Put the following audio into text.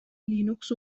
linux